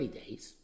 days